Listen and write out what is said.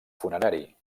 funerari